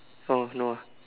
oh no ah